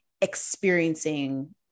experiencing